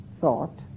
thought